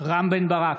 רם בן ברק,